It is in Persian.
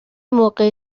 موقع